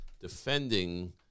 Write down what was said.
defending